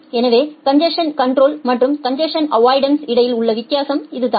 எனவே congestion control மற்றும் congestion avoidance இடையில் உள்ள வித்தியாசம் இதுதான்